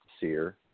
SEER